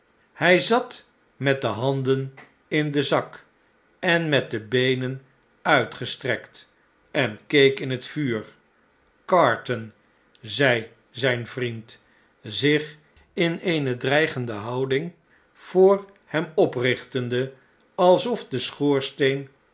hij zat met de handen in den zak en met de beenen uitgestrekt en keek in t vuur carton zei zjjn vriend zich in eenedreigende houding voor hem oprichtende alsofde